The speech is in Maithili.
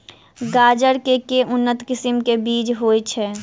गाजर केँ के उन्नत किसिम केँ बीज होइ छैय?